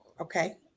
Okay